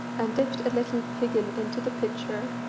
and dipped a little piggin into the pitcher,